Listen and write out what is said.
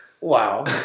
Wow